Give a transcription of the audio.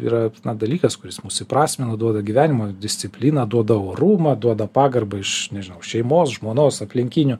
yra dalykas kuris mus įprasmino duoda gyvenimo discipliną duoda orumą duoda pagarbą iš nežinau šeimos žmonos aplinkinių